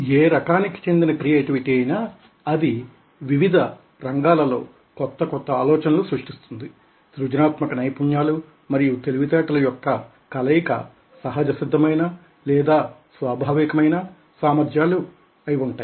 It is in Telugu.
ఏ రకానికి చెందిన క్రియేటివిటీ అయినా అది వివిధ రంగాలలో కొత్త ఆలోచనలు సృష్టిస్తుంది సృజనాత్మక నైపుణ్యాలు మరియు తెలివితేటల యొక్క కలయిక సహజసిద్ధమైన లేదా స్వాభావికమైన సామర్థ్యాలు అయి ఉంటాయి